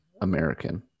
American